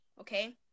okay